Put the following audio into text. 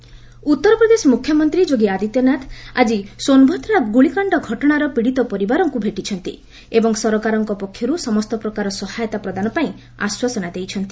ଯୋଗୀ ସୋନଭଦା ଉତ୍ତର ପ୍ରଦେଶ ମୁଖ୍ୟମନ୍ତ୍ରୀ ଯୋଗୀ ଆଦିତ୍ୟନାଥ ଆଜି ସୋନଭଦ୍ରା ଗୁଳିକାଣ୍ଡ ଘଟଣାର ପୀଡ଼ିତ ପରିବାରକୁ ଭେଟିଛନ୍ତି ଏବଂ ସରକାରଙ୍କ ପକ୍ଷରୁ ସମସ୍ତ ପ୍ରକାର ସହାୟତା ପ୍ରଦାନ ପାଇଁ ଆଶ୍ୱାସନା ଦେଇଛନ୍ତି